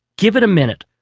give it a minute,